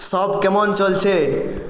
সব কেমন চলছে